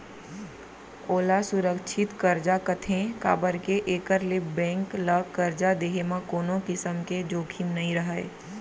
ओला सुरक्छित करजा कथें काबर के एकर ले बेंक ल करजा देहे म कोनों किसम के जोखिम नइ रहय